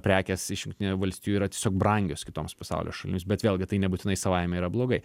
prekės iš jungtinių valstijų yra tiesiog brangios kitoms pasaulio šalims bet vėlgi tai nebūtinai savaime yra blogai